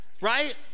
right